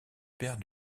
père